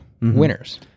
winners